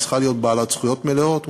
היא צריכה להיות בעלת זכויות מלאות,